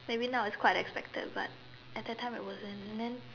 maybe now as quite expected but at that time it wasn't and then